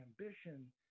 ambition